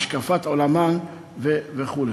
השקפת עולמן וכו'.